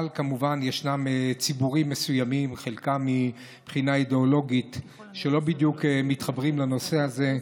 אבל כמובן ישנם ציבורים מסוימים שלא בדיוק מתחברים לנושא הזה,